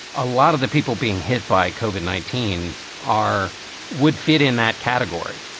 a lot of the people being hit by cauvin nineteen are would fit in that category.